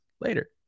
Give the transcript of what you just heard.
later